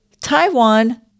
Taiwan